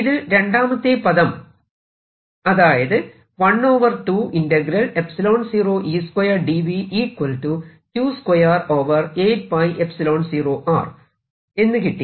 ഇതിൽ രണ്ടാമത്തെ പദം എന്ന് കിട്ടി